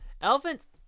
elephants